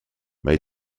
may